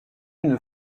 une